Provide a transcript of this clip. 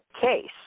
case